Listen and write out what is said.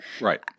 Right